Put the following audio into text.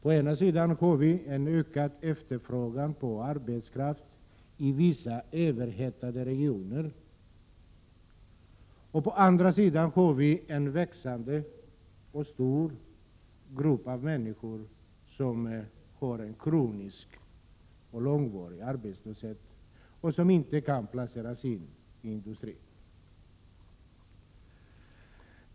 Å ena sidan har vi i vissa överhettade regioner en ökad efterfrågan på arbetskraft. Å andra sidan har vi en stor, växande grupp av människor med kronisk eller långvarig arbetslöshet och som inte kan placeras in i industrin.